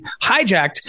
hijacked